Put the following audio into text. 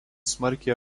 smarkiai